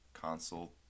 console